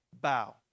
bow